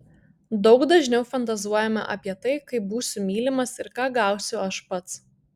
daug dažniau fantazuojama apie tai kaip būsiu mylimas ir ką gausiu aš pats